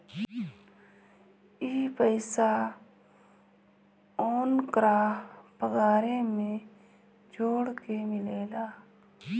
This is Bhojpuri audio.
ई पइसा ओन्करा पगारे मे जोड़ के मिलेला